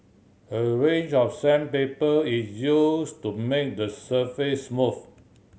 a range of sandpaper is used to make the surface smooth